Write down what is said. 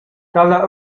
dalla